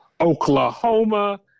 oklahoma